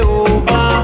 over